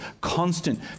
constant